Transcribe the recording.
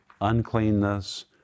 uncleanness